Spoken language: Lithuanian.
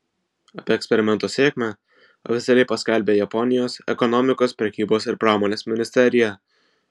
apie eksperimento sėkmę oficialiai paskelbė japonijos ekonomikos prekybos ir pramonės ministerija